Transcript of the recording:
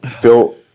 Phil